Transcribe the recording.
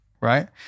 right